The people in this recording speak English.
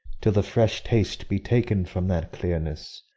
till the fresh taste be taken from that clearness,